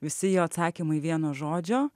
visi jo atsakymai vieno žodžio